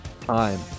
time